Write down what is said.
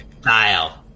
style